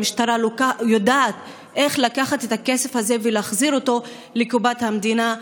המשטרה יודעת איך לקחת את הכסף הזה ולהחזיר אותו לקופת המדינה.